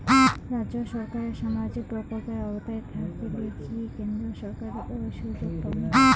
রাজ্য সরকারের সামাজিক প্রকল্পের আওতায় থাকিলে কি কেন্দ্র সরকারের ওই সুযোগ পামু?